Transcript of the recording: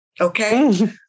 okay